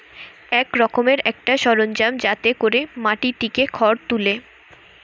এক রকমের একটা সরঞ্জাম যাতে কোরে মাটি থিকে খড় তুলে